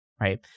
right